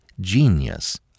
genius